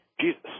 Jesus